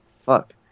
Fuck